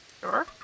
Sure